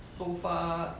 so far